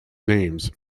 names